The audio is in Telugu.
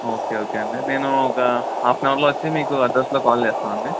ఓకే ఓకే అండి నేను ఒక హాఫ్న అవర్లో వచ్చి మీకు అడ్రస్లో కాల్ చేస్తామండి